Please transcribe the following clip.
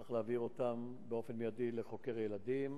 צריך להעביר אותם באופן מיידי לחוקר ילדים,